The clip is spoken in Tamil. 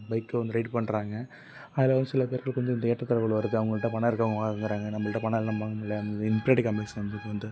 பைக்கை வந்து ரைடு பண்ணுறாங்க அதில் ஒரு சில பேர்க்குள்ளே கொஞ்சம் இந்த ஏற்றத்தாழ்வுகள் வருது அவங்கள்ட்ட பணம் இருக்கு அவங்க வாங்குறாங்க நம்மள்கிட்ட பணம் இல்லை நம்ம வாங்க முடில இந்த இன்ப்ரெட்டி காம்ப்லெக்ஸ் வந்து வந்து